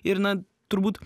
ir na turbūt